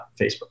Facebook